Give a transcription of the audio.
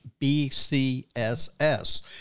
BCSS